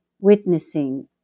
witnessing